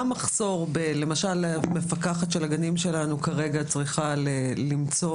למשל המפקחת על הגנים שלנו כרגע צריכה למצוא